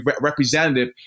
representative